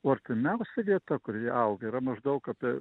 o artimiausia vieta kur jie auga yra maždaug apie